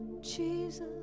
Jesus